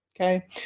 okay